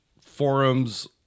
Forums